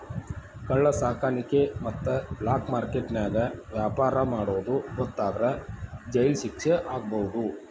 ಕಳ್ಳ ಸಾಕಾಣಿಕೆ ಮತ್ತ ಬ್ಲಾಕ್ ಮಾರ್ಕೆಟ್ ನ್ಯಾಗ ವ್ಯಾಪಾರ ಮಾಡೋದ್ ಗೊತ್ತಾದ್ರ ಜೈಲ್ ಶಿಕ್ಷೆ ಆಗ್ಬಹು